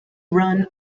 run